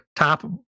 Top